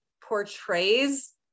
portrays